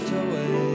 away